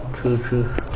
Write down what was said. true true